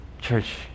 Church